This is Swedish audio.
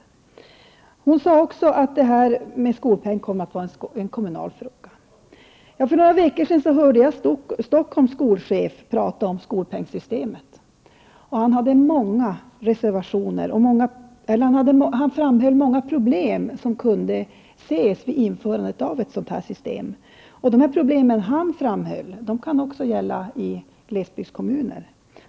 Skolministern sade också att skolpengen kommer att vara en kommunal fråga. För några veckor sedan hörde jag Stockholms skolchef prata om skolpengssystemet. Han framhöll många problem som kunde ses vid införandet av ett sådant system. De problem han talade om kan också gälla glesbygdskommuner.